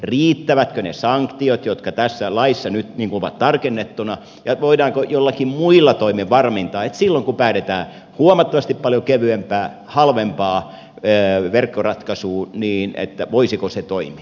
riittävätkö ne sanktiot jotka tässä laissa nyt ovat tarkennettuina ja voidaanko joillakin muilla toimilla varmentaa että silloin kun päädytään huomattavasti paljon kevyempään halvempaan verkkoratkaisuun voisiko se toimia